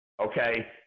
Okay